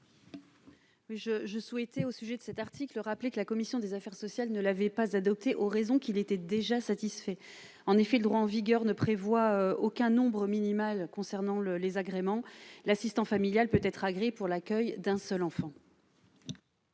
je souhaitais au sujet de cet article, rappeler que la commission des affaires sociales, ne l'avait pas adoptés aux raisons qui l'était déjà satisfait en effet le droit en vigueur ne prévoit aucun nombre minimal concernant le les agréments l'assistant familial peut être agréés pour l'accueil d'un seul enfant.